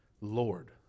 Lord